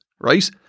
Right